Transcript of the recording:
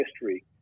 history